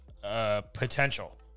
Potential